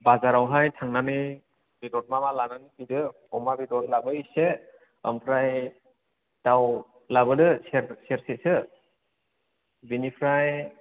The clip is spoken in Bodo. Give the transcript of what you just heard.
बाजारावहाय थांनानै बेदर मा मा लानानै फैदो अमा बेदर लाबो एसे ओमफ्राय दाउ लाबोदो सेरसेसो बेनिफ्राय